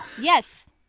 Yes